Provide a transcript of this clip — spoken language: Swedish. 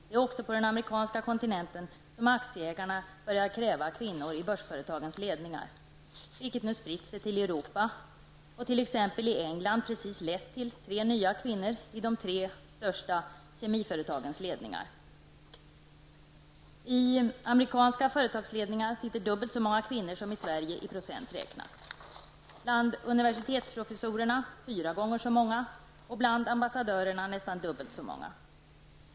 Det är också på den amerikanska kontinenten som aktieägarna börjar kräva kvinnor i börsföretagens ledningar, vilket nu har spritt sig till Europa och i t.ex. England just lett till tre nya kvinnor i de tre största kemiföretagens ledningar. I amerikanska företagsledningar sitter dubbelt så många kvinnor som i Sverige i procent räknat, bland universitetsprofessorerna fyra gånger så många och bland ambassadörerna nästan dubbelt så många.